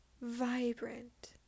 vibrant